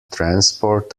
transport